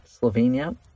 slovenia